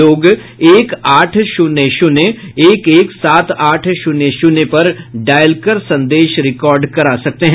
लोग एक आठ शून्य शून्य एक एक सात आठ शून्य शून्य पर डायल कर संदेश रिकॉर्ड करा सकते हैं